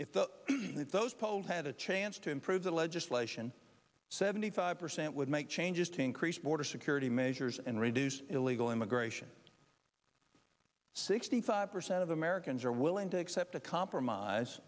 if those polled had a chance to improve the legit lation seventy five percent would make changes to increase border security measures and reduce illegal immigration sixty five percent of americans are willing to accept a compromise